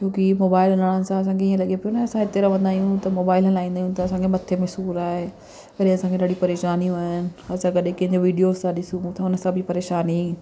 छो कि मोबाइल न हुअण सां असांखे ईअं लॻे पियो न असां हिते रहंदा आहियूं त मोबाइल हलाईंदा आहियूं त असांखे मथे में सूरु आहे वरी असांखे ॾाढी परेशानियूं आहिनि असां कॾहिं कंहिंजो वीडियोसि था ॾिसूं त हुन सां बि परेशानी